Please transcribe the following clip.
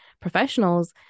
professionals